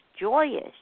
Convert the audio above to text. joyous